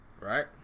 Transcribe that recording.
Right